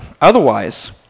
Otherwise